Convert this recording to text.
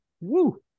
Woo